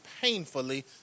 painfully